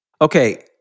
Okay